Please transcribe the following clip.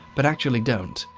but actually don't.